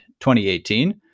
2018